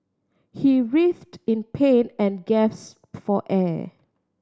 he writhed in pain and gaps for air